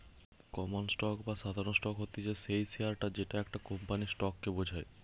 common stock বা সাধারণ stock হতিছে সেই শেয়ারটা যেটা একটা কোম্পানির স্টক কে বোঝায়